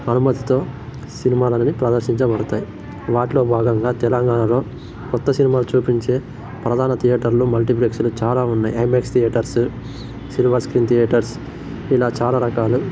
అనుమతితో సినిమాలనేవి ప్రదర్శించబడతాయి వాటిలో భాగంగా తెలంగాణాలో కొత్త సినిమా చూపించే ప్రధాన థియేటర్లు మల్టిప్లెక్స్లు చాల ఉన్నాయి IMAX theatres cinema screen theatres ఇలా చాలా రకాలు